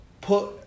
put